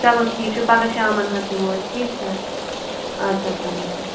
چلو ٹھیٖک چھُ پگاہ شامَن حظ یِمو أسۍ ٹھیٖک چھ اد حظ چلو اد کیاہ سلام علیکُم